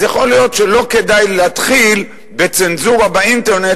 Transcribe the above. אז יכול להיות שלא כדאי להתחיל בצנזורה באינטרנט,